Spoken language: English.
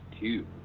two